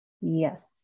Yes